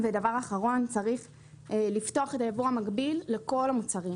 ודבר אחרון צריך לפתוח את הייבוא המקביל לכל המוצרים,